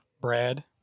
Brad